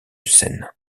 scène